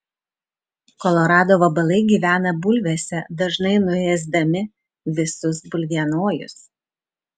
kolorado vabalai gyvena bulvėse dažnai nuėsdami visus bulvienojus